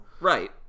Right